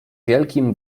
wielkim